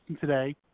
today